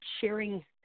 sharing